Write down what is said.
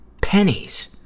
pennies